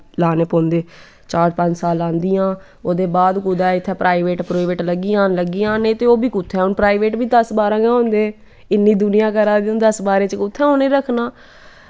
लाने पौंदे चार पंज साल लांदियां ओह्दे बाद कुतै इत्थें प्राईवेट प्रउवेट लग्गी जान लग्गी जान नेंई ते ओह्बी कुत्थें हून प्राईवेट बी दस बाह्रां गै होंदे इन्नी दुनियां करा दी ते दस बाह्रां च उनें कुत्थें रक्खना